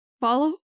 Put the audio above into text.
follow